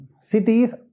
cities